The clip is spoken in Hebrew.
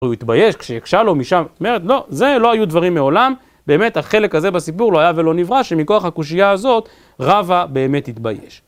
הוא התבייש, כשיקשה לו משם, זאת אומרת, לא, זה לא היו דברים מעולם, באמת, החלק הזה בסיפור לא היה ולא נברא, שמכוח הקושייה הזאת, רבה באמת התבייש.